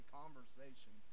conversation